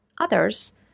Others